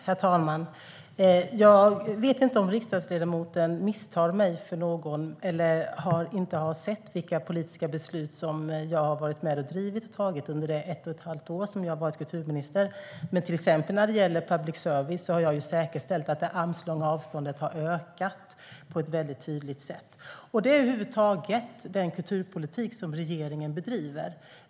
Herr talman! Jag vet inte om riksdagsledamoten misstar mig för någon annan eller inte har sett vilka politiska beslut som jag har varit med och drivit och fattat under de ett och ett halvt år som jag har varit kulturminister. När det gäller till exempel public service har jag säkerställt att det armslånga avståndet har ökat på ett tydligt sätt. Det är över huvud taget den kulturpolitik som regeringen driver.